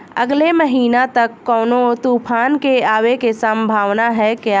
अगले महीना तक कौनो तूफान के आवे के संभावाना है क्या?